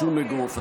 שום אגרוף.